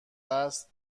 است